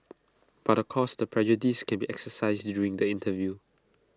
but of course the prejudice can be exercised during the interview